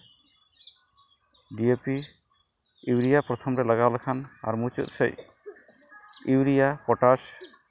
DAP urea ᱯᱨᱚᱛᱷᱚᱢ ᱨᱮ ᱞᱟᱜᱟᱣ ᱞᱮᱠᱷᱟᱱ ᱟᱨ ᱢᱩᱪᱟᱹᱫ ᱥᱮᱡ ᱤᱭᱩᱨᱤᱭᱟ ᱯᱚᱴᱟᱥ